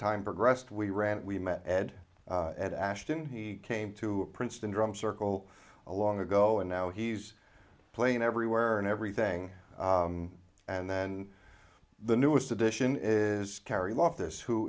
time progressed we ran we met ed at ashton he came to a princeton drum circle a long ago and now he's playing everywhere and everything and then the newest addition is kerry loftus who